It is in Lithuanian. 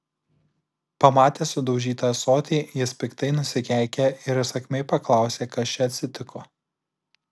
pamatęs sudaužytą ąsotį jis piktai nusikeikė ir įsakmiai paklausė kas čia atsitiko